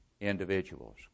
individuals